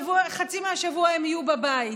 חצי מהשבוע הם יהיו בבית.